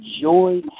joy